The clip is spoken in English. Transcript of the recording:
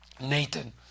Nathan